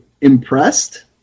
impressed